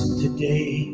today